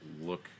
look